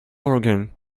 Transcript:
organ